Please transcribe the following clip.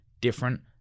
different